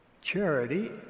Charity